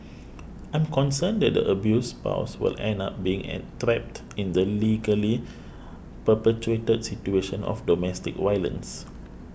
I'm concerned that the abused spouse was end up being trapped in the legally perpetuated situation of domestic violence